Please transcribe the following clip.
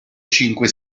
cinque